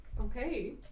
Okay